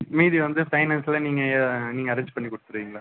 மீதி வந்து ஃபைனான்ஸில் நீங்கள் நீங்கள் அரேஞ்ச் பண்ணி கொடுத்துருவிங்களா